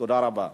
תודה רבה.